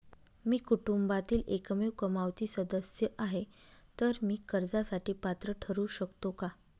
मी कुटुंबातील एकमेव कमावती सदस्य आहे, तर मी कर्जासाठी पात्र ठरु शकतो का?